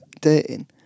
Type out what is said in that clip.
dating